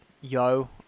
Yo